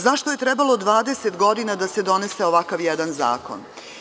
Zašto je trebalo 20 godina da se donese ovakav jedan zakon?